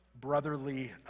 Brotherly